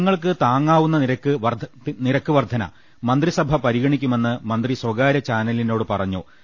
ജനങ്ങൾക്ക് താങ്ങാവുന്ന നിരക്ക് വർധന മന്ത്രിസഭ പരിഗണിക്കുമെന്ന് മന്ത്രി സ്വകാര്യചാനലിനോട് പറഞ്ഞു